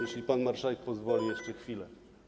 Jeśli pan marszałek pozwoli, jeszcze chwilę.